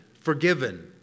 forgiven